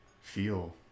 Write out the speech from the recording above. feel